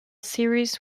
series